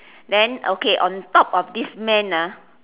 then okay on top of this man ah